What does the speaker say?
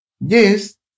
Yes